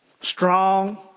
Strong